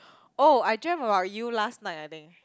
oh I dreamt about you last night I think